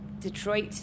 Detroit